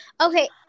okay